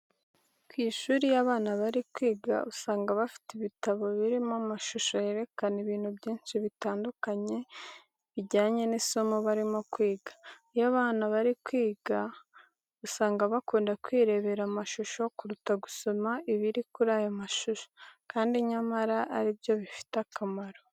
Ku ishuri iyo abana bari kwiga, usanga bafite ibitabo birimo amashusho yerekana ibintu byinshi bitandukanye bijyanye n'isomo barimo kwiga. Abana iyo bari kwiga usanga bakunda kwirebera amashusho kuruta gusoma ibiri kuri ayo mashusho, kandi nyamara ari byo bifite akamaro.